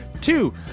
Two